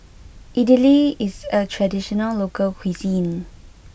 Idili is a traditional local cuisine